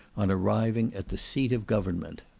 on arriving at the seat of government.